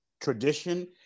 tradition